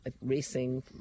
racing